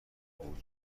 بود